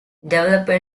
developer